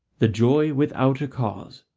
the joy without a cause.